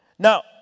Now